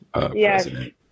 president